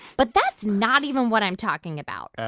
but that's not even what i'm talking about.